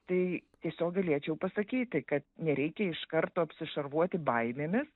tai tiesiog galėčiau pasakyti kad nereikia iš karto apsišarvuoti baimėmis